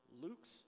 luke's